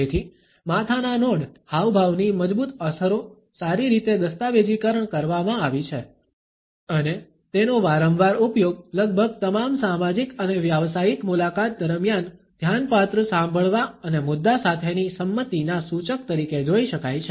તેથી માથાના નોડ હાવભાવની મજબુત અસરો સારી રીતે દસ્તાવેજીકરણ કરવામાં આવી છે અને તેનો વારંવાર ઉપયોગ લગભગ તમામ સામાજિક અને વ્યાવસાયિક મુલાકાત દરમિયાન ધ્યાનપાત્ર સામ્ભળવા અને મુદ્દા સાથેની સંમતિના સૂચક તરીકે જોઇ શકાય છે